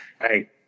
Hey